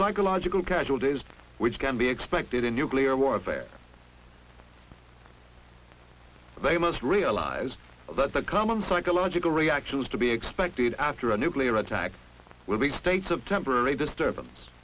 psychological casualties which can be expected in nuclear warfare they must realize that the common psychological reaction is to be expected after a nuclear attack will be states of temporary disturbance